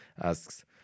asks